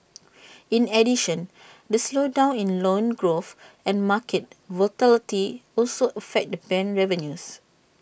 in addition the slowdown in loan growth and market volatility also affect the bank revenues